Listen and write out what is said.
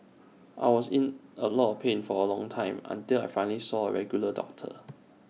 I was in A lot of pain for A long time until I finally saw A regular doctor